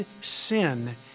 sin